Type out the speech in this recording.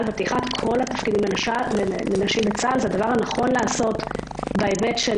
ופתיחת כל התפקידים לנשים בצה"ל הוא הדבר הנכון לעשות בהיבט של